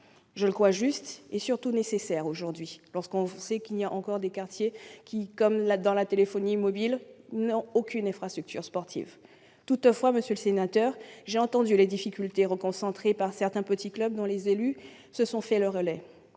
Je le crois juste et surtout nécessaire aujourd'hui, quand on sait qu'il y a encore des quartiers qui, comme pour la téléphonie mobile, n'ont aucune infrastructure sportive. Toutefois, monsieur le sénateur, j'ai entendu les difficultés que rencontrent certains petits clubs, difficultés dont les élus se sont fait le relais.